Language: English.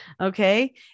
okay